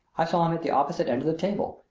i saw him at the opposite end of the table,